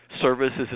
services